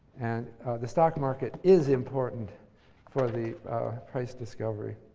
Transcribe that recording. and the stock market is important for the price discovery.